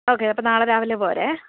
okay അപ്പോൾ നാളെ രാവിലെ പോരെ